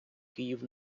київ